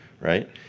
right